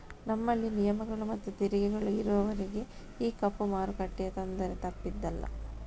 ನಮ್ಮಲ್ಲಿ ನಿಯಮಗಳು ಮತ್ತು ತೆರಿಗೆಗಳು ಇರುವವರೆಗೂ ಈ ಕಪ್ಪು ಮಾರುಕಟ್ಟೆಯ ತೊಂದರೆ ತಪ್ಪಿದ್ದಲ್ಲ